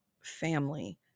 family